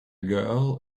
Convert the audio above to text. girl